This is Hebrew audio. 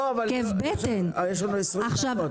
יש לנו 20 דקות.